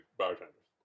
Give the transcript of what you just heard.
bartenders